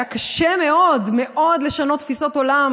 היה קשה מאוד מאוד לשנות תפיסות עולם